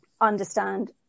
understand